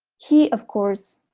he, of course,